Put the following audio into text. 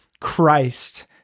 Christ